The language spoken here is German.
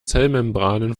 zellmembranen